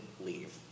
leave